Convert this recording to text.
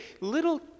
little